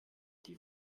die